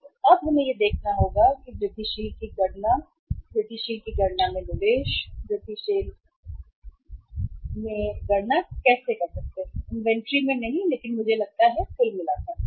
तो अब हमें यह देखना होगा कि वृद्धिशील की गणना वृद्धिशील की गणना में निवेश वृद्धिशील निवेश की गणना आप कह सकते हैं इन्वेंट्री में नहीं लेकिन मुझे लगता है संपूर्ण